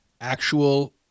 actual